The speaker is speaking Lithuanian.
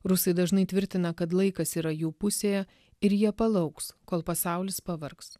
rusai dažnai tvirtina kad laikas yra jų pusėje ir jie palauks kol pasaulis pavargs